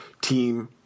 team